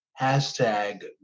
hashtag